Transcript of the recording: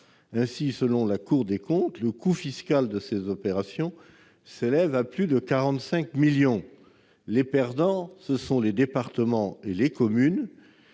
échange. Selon la Cour des comptes, le coût fiscal de ces opérations s'élève à plus de 45 millions d'euros, les perdants étant les départements et les communes